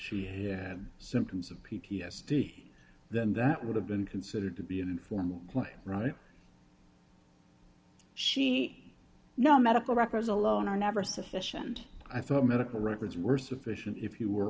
she had symptoms of p t s d then that would have been considered to be an informal play right she know medical records alone are never sufficient i thought medical records were sufficient if you were